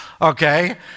okay